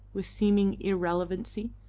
with seeming irrelevancy.